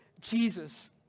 Jesus